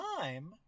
time